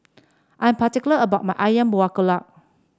I'm particular about my ayam Buah Keluak